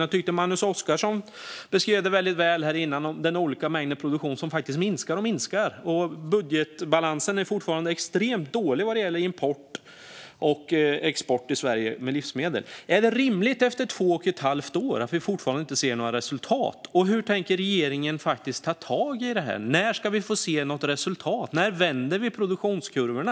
Jag tyckte att Magnus Oscarsson beskrev detta väldigt väl när han talade om den olika mängd produktion som minskar och minskar. Budgetbalansen är fortfarande extremt dålig vad gäller import och export av livsmedel i Sverige. Är det rimligt att vi fortfarande inte ser några resultat efter två och ett halvt år? Och hur tänker regeringen ta tag i det här? När ska vi få se något resultat? När vänder vi produktionskurvorna?